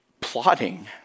plotting